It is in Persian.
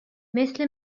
مثل